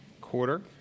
quarter